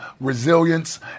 resilience